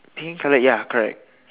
pink colour ya correct